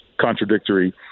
contradictory